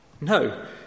No